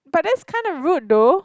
but that's kinda rude though